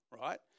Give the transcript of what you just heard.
right